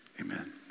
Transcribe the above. Amen